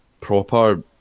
proper